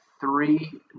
three